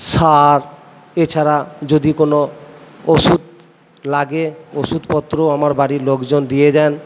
সার এছাড়া যদি কোন ওষুধ লাগে ওষুধপত্র আমার বাড়ির লোকজন দিয়ে যান